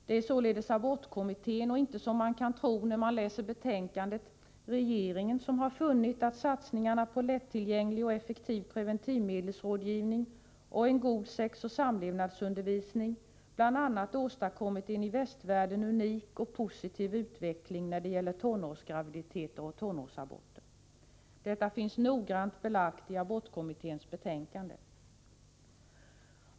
Det är således abortkommittén och inte, som man kan tro när man läser betänkandet, regeringen som har funnit att satsningarna på lättillgänglig och effektiv preventivmedelsrådgivning och en god sexoch samlevnadsundervisning bl.a. åstadkommit en i västvärlden unik och positiv utveckling när det gäller tonårsgraviditeter och tonårsaborter. Detta finns noggrant belagt i abortkommitténs betänkande.